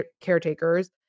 caretakers